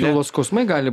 pilvo skausmai gali